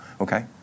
Okay